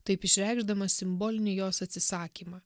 taip išreikšdamas simbolinį jos atsisakymą